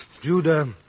Judah